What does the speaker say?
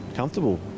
comfortable